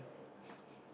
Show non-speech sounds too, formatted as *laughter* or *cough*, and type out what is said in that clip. *breath*